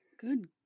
Good